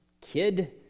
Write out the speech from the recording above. kid